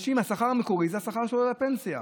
השכר המקורי הוא השכר לפנסיה.